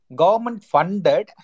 government-funded